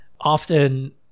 often